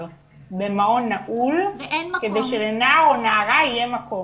במעון נעול כדי שלנער או נערה יהיה מקום.